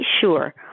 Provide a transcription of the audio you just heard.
sure